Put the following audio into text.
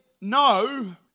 no